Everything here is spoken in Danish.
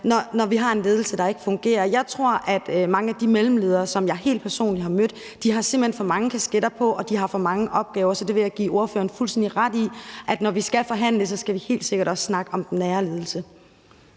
når vi har en ledelse, der ikke fungerer. Jeg tror, at mange af de mellemledere, som jeg helt personligt har mødt, simpelt hen har for mange kasketter på og har for mange opgaver. Så jeg vil give ordføreren fuldstændig ret i, at når vi skal forhandle, skal vi helt sikkert også snakke om den nære ledelse.